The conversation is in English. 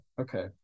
Okay